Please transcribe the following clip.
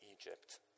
Egypt